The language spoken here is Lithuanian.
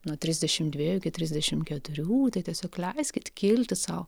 nuo trisdešim dviejų iki trisdešim keturių tai tiesiog leiskit kilti sau